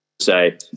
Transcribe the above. say